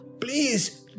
Please